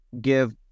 give